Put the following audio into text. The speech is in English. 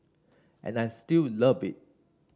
and I still love it